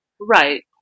right